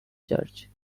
church